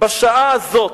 בשעה הזאת,